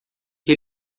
que